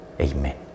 Amen